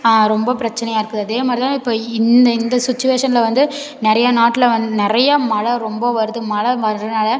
ரொம்ப பிரச்சினையா இருக்குது அதே மாதிரி தான் இப்போ இந்த இந்த சுச்சுவேஷனில் வந்து நிறையா நாட்டில் வந் நிறையா மழை ரொம்ப வருது மழை வர்றனால